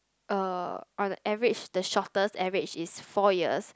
uh on the average the shortest average is four years